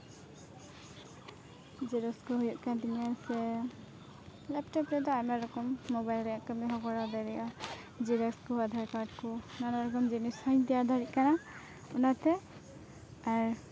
xerox ᱠᱚ ᱦᱩᱭᱩᱜ ᱠᱟᱱ ᱛᱤᱧᱟᱹ ᱥᱮ ᱞᱮᱯᱴᱚᱯ ᱨᱮᱫᱚ ᱟᱭᱢᱟ ᱨᱚᱠᱚᱢ ᱢᱳᱵᱟᱭᱤᱞ ᱨᱮᱭᱟᱜ ᱠᱟᱹᱢᱤ ᱦᱚᱸ ᱠᱚᱨᱟᱣ ᱫᱟᱲᱮᱭᱟᱜᱼᱟ ᱡᱮᱨᱚᱠᱥ ᱠᱚᱦᱚᱸ ᱟᱫᱷᱟᱨ ᱠᱟᱨᱰ ᱠᱚ ᱱᱟᱱᱟ ᱨᱚᱠᱚᱢ ᱡᱤᱱᱤᱥ ᱦᱚᱧ ᱛᱮᱭᱟᱨ ᱫᱟᱲᱮᱭᱟᱜ ᱠᱟᱱᱟ ᱚᱱᱟᱛᱮ ᱟᱨ